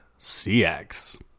CX